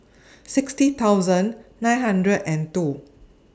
sixty thousand nine hundred and two